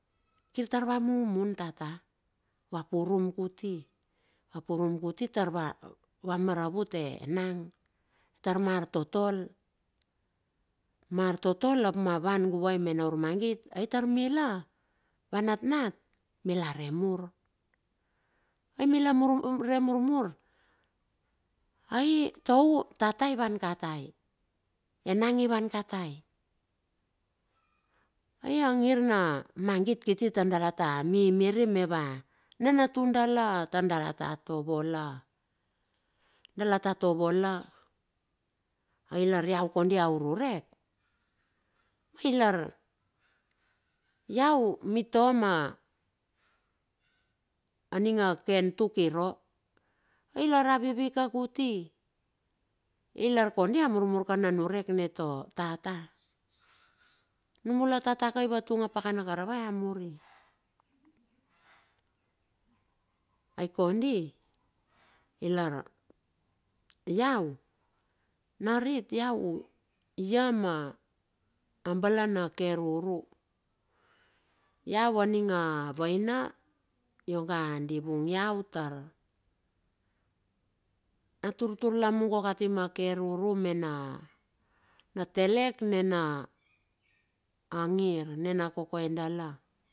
Kir tarva mumun tata, va purum kuti tar va maravut enang, tar mua artotol, mua artotol ap mua van guvai mena ur magit ai tar mila, ava natnat mila re mur ai mila re murmur, ai tou tata ivan katai, enang ivan katai, ai a ngir na magit kiti tar dala ta mimiri me va nantuna dala tar dala ta tovo la. Dala ta tovo la, ai lar iau kondi au nunurek, ai lar iau mito ma aning a ken tuk iro ai lar a vivi kakuti, ilar kondi a murmur na niurek in tata. Anumila tata ivatunga pakana karava a muri, ai kondi lau narit iau ia ma abala na ke ruru, lau aininga vaina ioga divung iau tar a turtur lamugo kati ma ke ruru me na telek nina ngir nina koke dala.